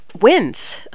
wins